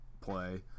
play